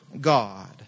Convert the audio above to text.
God